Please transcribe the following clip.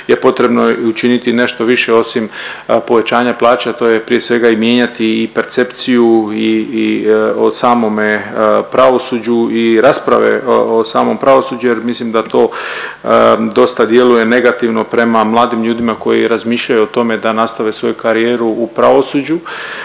je potrebno učiniti nešto više osim povećanja plaća, a to je prije svega i mijenjati i percepciju i o samome pravosuđu i rasprave o samom pravosuđu jer mislim da to dosta djeluje negativno prema mladim ljudima koji razmišljaju o tome da nastave svoju karijeru u pravosuđu,